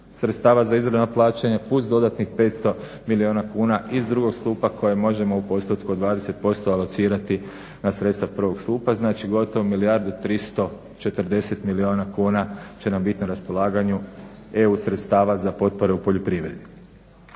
sredstava za izravna plaćanja plus dodatnih 500 milijuna kuna iz drugog stupa koja možemo u postotku od 20% alocirati na sredstva prvog stupa. Znači gotovo 1 340 milijuna kuna će nam bit na raspolaganju EU sredstava za potpore u poljoprivredi.